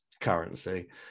currency